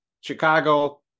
Chicago